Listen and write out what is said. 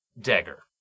dagger